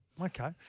Okay